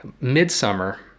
midsummer